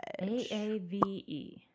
AAVE